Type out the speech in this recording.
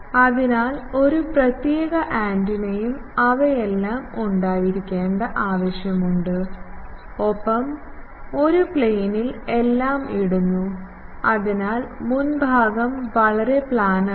അതിനാൽ ഒരു പ്രത്യേക ആന്റിനയും അവയെല്ലാം ഉണ്ടായിരിക്കേണ്ട ആവശ്യമുണ്ട് ഒപ്പം ഒരു പ്ലെയിനിൽ എല്ലാo ഇടുന്നു അതിനാൽ മുൻഭാഗം വളരെ പ്ലാനറാണ്